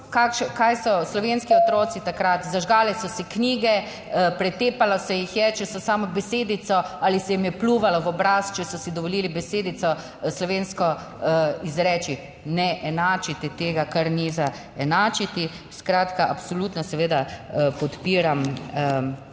Kaj so slovenski otroci takrat? Zažgale so se knjige, 61. TRAK: (SC) – 14.25 (nadaljevanje) pretepalo se jih je, če so samo besedico, ali se jim je pljuvalo v obraz, če so si dovolili besedico slovensko izreči. Ne enačiti tega, kar ni za enačiti. Skratka, absolutno seveda podpiram